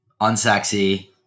unsexy